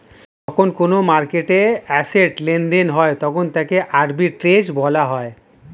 যখন কোনো মার্কেটে অ্যাসেট্ লেনদেন হয় তখন তাকে আর্বিট্রেজ বলা হয়